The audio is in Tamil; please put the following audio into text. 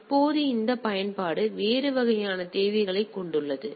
இப்போது இந்த பயன்பாடு வேறு வகையான தேவைகளைக் கொண்டுள்ளது